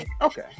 Okay